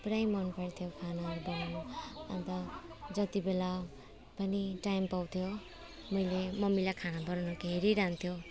पुरै मनपर्थ्यो खानाहरू बनाउँदा अन्त जति बेला पनि टाइम पाउँथ्यो मैले मम्मीलाई खाना बनाउनुको हेरिरहन्थ्यो